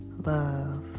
love